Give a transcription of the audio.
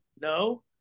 no